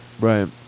Right